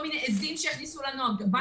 בכל מיני עזים שהכניסו לנו הבנקים.